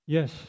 Yes